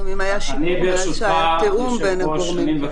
ואם היה תיאום בין הגורמים.